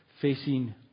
facing